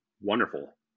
wonderful